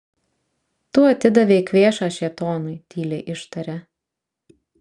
tu atidavei kvėšą šėtonui tyliai ištarė